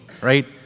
right